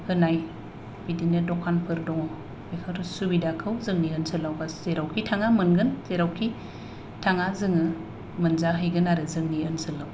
होनाय बिदिनो दखानफोर दङ बेफोर सुबिदाखौ जोंनि ओनसोलाव जेरावखि थाङा मोनगोन जेरावखि थाङा जोङो मोनजाहैगोन आरो जोंनि ओनसोलाव